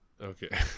Okay